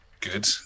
good